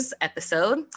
episode